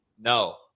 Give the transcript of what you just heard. No